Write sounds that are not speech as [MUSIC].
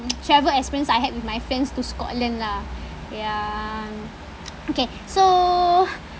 [NOISE] travel experience I had with my friends to scotland lah ya [NOISE] okay so [BREATH]